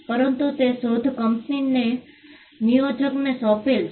પરંતુ તે શોધ કંપની કે નિયોજકને સોંપેલ છે